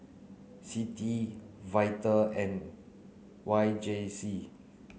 CITI VITAL and Y J C